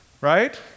right